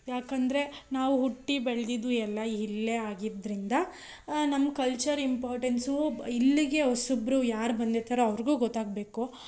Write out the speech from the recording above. ಯಾಕಂದರೆ ನಾವು ಹುಟ್ಟಿ ಬೆಳ್ದಿದ್ದು ಎಲ್ಲ ಇಲ್ಲೇ ಆಗಿದ್ದರಿಂದ ನಮ್ಮ ಕಲ್ಚರ್ ಇಂಪಾರ್ಟೆನ್ಸು ಇಲ್ಲಿಗೆ ಹೊಸಬರು ಯಾರು ಬಂದಿರ್ತಾರೋ ಅವ್ರಿಗೂ ಗೊತ್ತಾಗಬೇಕು